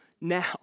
now